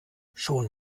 schon